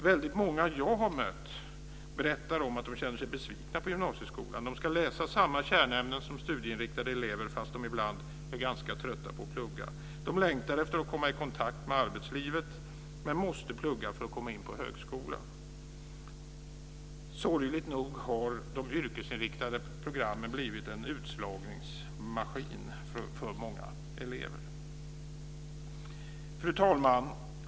Väldigt många jag har mött berättar att de känner sig besvikna på gymnasieskolan. De ska läsa samma kärnämnen som studieinriktade elever fast de ibland är ganska trötta på att plugga. De längtar efter att komma i kontakt med arbetslivet men måste plugga för att komma in på högskolan. Sorgligt nog har de yrkesinriktade programmen blivit en utslagningsmaskin för många elever. Fru talman!